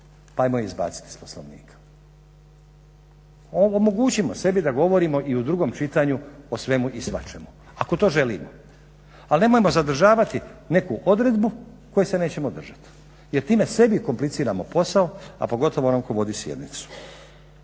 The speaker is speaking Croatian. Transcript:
ajmo je izbaciti iz Poslovnika. Omogućimo sebi da govorimo i u drugom čitanju o svemu i svačemu ako to želimo. Ali nemojmo zadržavati neku odredbu koje se nećemo držati jer time sebi kompliciramo posao a pogotovo onom tko vodi sjednicu.